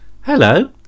Hello